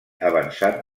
avançat